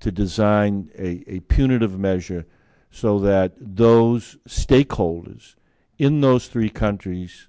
to design a punitive measure so that those stakeholders in those three countries